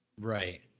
Right